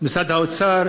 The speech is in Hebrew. משרד האוצר,